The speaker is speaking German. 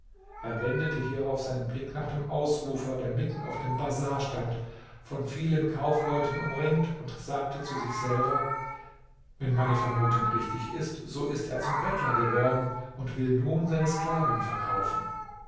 er wendete hierauf seinen blick nach dem ausrufer der mitten auf dem bazar stand von vielen kaufleuten umringt und sagte zu sich selber wenn meine vermutung richtig ist so ist er zum bettler geworden und will nun seine sklavin verkaufen